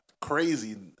crazy